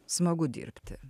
smagu dirbti